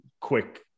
quick